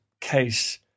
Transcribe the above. case